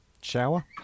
Shower